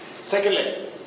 Secondly